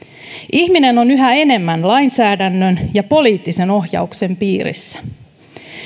ihminen on yhä enemmän lainsäädännön ja poliittisen ohjauksen piirissä